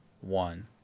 one